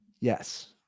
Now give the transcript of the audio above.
yes